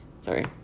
sorry